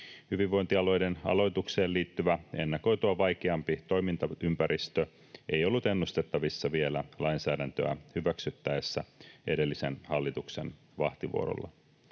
Hyvinvointialueiden aloitukseen liittyvä ennakoitua vaikeampi toimintaympäristö ei ollut ennustettavissa vielä lainsäädäntöä hyväksyttäessä edellisen hallituksen vahtivuorolla.